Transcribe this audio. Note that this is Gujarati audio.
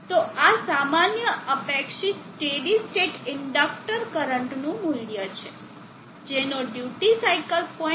તો આ સામાન્ય અપેક્ષિત સ્ટેડી સ્ટેટ ઇન્ડક્ટર કરંટ નું મૂલ્ય છે જેનો ડ્યુટી સાઇકલ 0